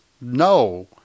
no